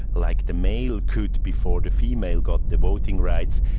like the male could before the female got the voting rights,